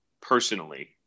personally